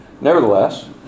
nevertheless